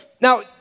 Now